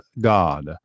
God